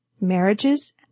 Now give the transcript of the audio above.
marriages